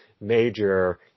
major